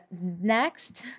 next